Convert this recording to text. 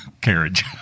carriage